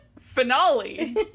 finale